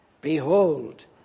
Behold